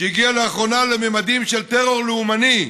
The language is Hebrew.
שהגיע לאחרונה לממדים של טרור לאומני,